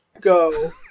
Go